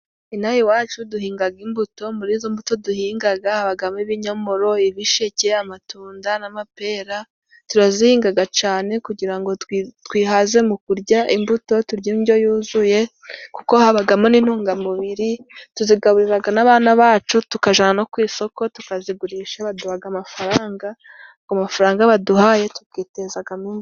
Ino aha iwacu duhingaga imbuto. Muri zo mbuto duhingaga, habagamo ibinyomoro, ibisheke, amatunda n’amapera. Turazihingaga cane kugira ngo twihaze mu kurya imbuto, turya indyo yuzuye kuko habagamo n’intungamubiri. Tuzigaburiraga n’abana bacu, tukajana no ku isoko tukazigurisha. Baduhaga amafaranga, ago mafaranga baduhaye tugitezagamo imbere.